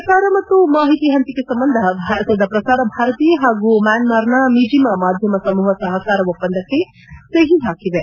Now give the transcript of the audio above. ಪ್ರಸಾರ ಮತ್ತು ಮಾಹಿತಿ ಪಂಚಿಕೆ ಸಂಬಂಧ ಭಾರತದ ಪ್ರಸಾರ ಭಾರತಿ ಮತ್ತು ಮ್ಯಾನ್ಮಾರ್ರ ಮಿಜಿಮಾ ಮಾಧ್ಯಮ ಸಮೂಪ ಸಪಕಾರ ಒಪ್ಪಂದಕ್ಕೆ ಸಹಿ ಪಾಕಿವೆ